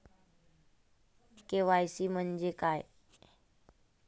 KYC म्हंजे काय?